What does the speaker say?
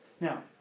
Now